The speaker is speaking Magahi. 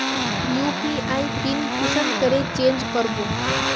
यु.पी.आई पिन कुंसम करे चेंज करबो?